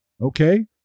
okay